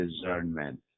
discernment